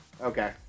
Okay